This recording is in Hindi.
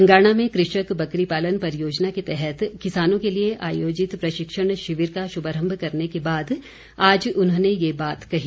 बंगाणा में कृषक बकरी पालन परियोजना के तहत किसानों के लिए आयोजित प्रशिक्षण शिविर का शुभारंभ करने के बाद आज उन्होंने ये बात कही